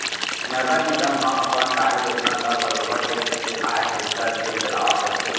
नगर निगम ह अपन कार्य योजना ल बरोबर टेक्स के आय पइसा ले चलावत रथे